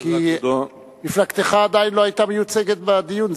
כי מפלגתך עדיין לא היתה מיוצגת בדיון.